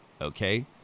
Okay